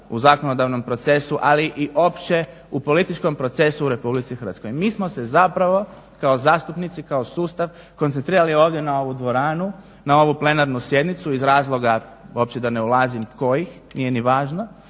u zakonodavnom procesu, ali i uopće u političkom procesu u RH. Mi smo se zapravo kao zastupnici, kao sustav, koncentrirali ovdje na ovu dvoranu, na ovu plenarnu sjednicu iz razloga uopće da ne ulazim kojih, nije ni važno,